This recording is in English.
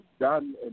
done